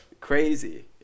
crazy